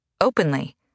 Openly